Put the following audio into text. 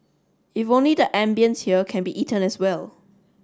if only the ambience here can be eaten as well